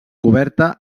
coberta